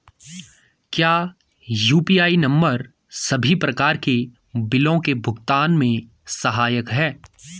क्या UPI number सभी प्रकार के बिलों के भुगतान में सहायक हैं?